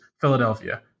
Philadelphia